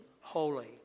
holy